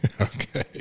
Okay